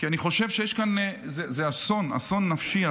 אני חושב שזה אסון, אסון נפשי.